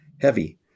heavy